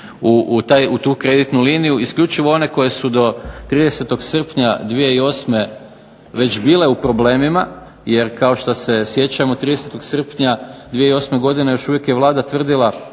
u tu kreditnu liniju isključivo one koje su do 30. srpnja 2008. već bile u problemima. Jer kao što se sjećamo 30. srpnja 2008. godine još uvijek je Vlada tvrdila,